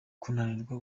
kunanirwa